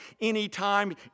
anytime